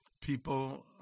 People